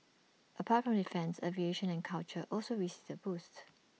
apart from defence aviation and culture also received the boost